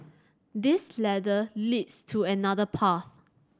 this ladder leads to another path